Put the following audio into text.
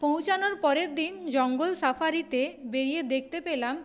পৌঁছানোর পরের দিন জঙ্গল সাফারিতে বেড়িয়ে দেখতে পেলাম